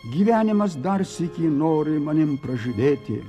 gyvenimas dar sykį nori manim pražydėti